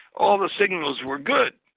all the signals were good.